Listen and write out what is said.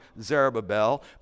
Zerubbabel